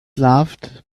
loved